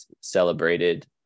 celebrated